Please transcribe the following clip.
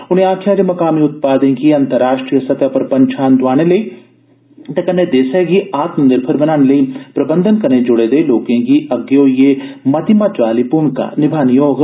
उनें आक्खेआ जे मकामी उत्पादें गी अंतर्राश्ट्रीय सतह पर पंछान दोआने लेई ते कन्नै देसै गी आत्म निर्भर बनाने लेई प्रबंधन कन्नै जुड़े दे लोकें गी अग्गै होइयै मती महत्वै आली भूमिका निभानी होग